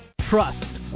Trust